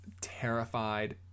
terrified